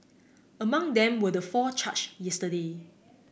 among them were the four charged yesterday